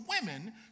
women